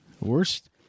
worst